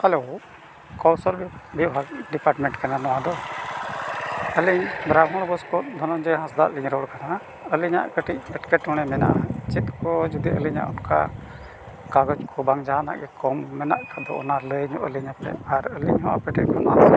ᱠᱳᱥᱚᱞ ᱵᱤᱵᱷᱟᱜᱽ ᱠᱟᱱᱟ ᱱᱚᱣᱟ ᱫᱚ ᱟᱹᱞᱤᱧ ᱵᱨᱟᱢᱵᱷᱚᱱᱵᱳᱥ ᱠᱷᱚᱱ ᱫᱷᱚᱱᱚᱱᱡᱚᱭ ᱦᱟᱸᱥᱫᱟ ᱞᱤᱧ ᱨᱚᱲ ᱠᱟᱱᱟ ᱟᱹᱞᱤᱧᱟᱜ ᱠᱟᱹᱴᱤᱡ ᱯᱮᱴᱠᱮᱴᱚᱬᱮ ᱢᱮᱱᱟᱜᱼᱟ ᱪᱮᱫ ᱠᱚ ᱡᱩᱫᱤ ᱟᱹᱞᱤᱧᱟᱜ ᱚᱱᱠᱟ ᱠᱟᱜᱚᱡᱽ ᱠᱚ ᱵᱟᱝ ᱡᱟᱦᱟᱱᱟᱜ ᱜᱮ ᱠᱚᱢ ᱢᱮᱱᱟᱜ ᱠᱷᱟᱱ ᱫᱚ ᱚᱱᱟ ᱞᱟᱹᱭ ᱧᱚᱜ ᱟᱹᱞᱤᱧ ᱟᱯᱮ ᱟᱨ ᱟᱹᱞᱤᱧ ᱦᱚᱸ ᱯᱮᱴᱮᱡ ᱠᱷᱚᱱ